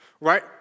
Right